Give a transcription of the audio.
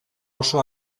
oso